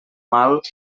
mal